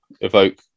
evoke